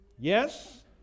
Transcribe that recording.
Yes